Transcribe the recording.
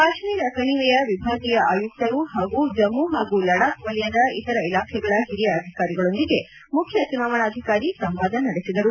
ಕಾಶ್ಟೀರ ಕಣಿವೆಯ ವಿಭಾಗೀಯ ಆಯುಕ್ತರು ಹಾಗೂ ಜಮ್ಮು ಹಾಗೂ ಲಡಾಕ್ ವಲಯದ ಇತರ ಇಲಾಖೆಗಳ ಹಿರಿಯ ಅಧಿಕಾರಿಗಳೊಂದಿಗೆ ಮುಖ್ಯ ಚುನಾವಣಾಧಿಕಾರಿ ಸಂವಾದ ನಡೆಸಿದರು